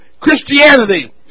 Christianity